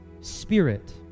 spirit